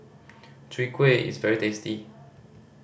Chwee Kueh is very tasty